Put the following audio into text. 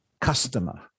customer